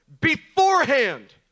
beforehand